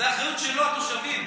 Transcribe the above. זו האחריות שלו, התושבים.